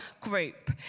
group